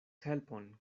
helpon